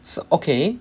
okay